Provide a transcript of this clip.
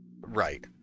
Right